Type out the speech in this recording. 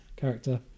character